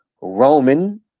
Roman